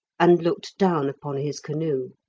and looked down upon his canoe.